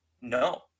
No